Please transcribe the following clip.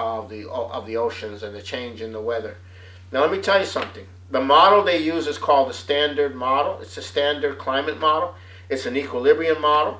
all of the oceans and the change in the weather now let me tell you something the model they use is called the standard model it's a standard climate model it's an equilibrium model